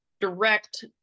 direct